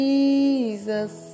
Jesus